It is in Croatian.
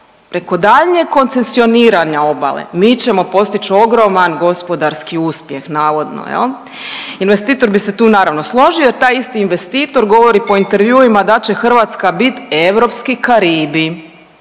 preko daljnjeg koncesioniranja obale mi ćemo postići ogroman gospodarski uspjeh, navodno, je li? Investitor bi se tu, naravno, složio jer taj isti investitor govori po intervjuima da će Hrvatska biti europski Karibi.